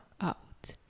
out